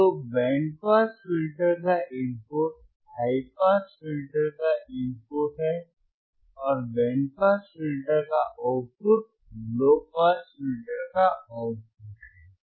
तो band pass filter का input high pass filter का इनपुट है और बैंड पास फिल्टर का आउटपुट लो पास फिल्टर से आउटपुट है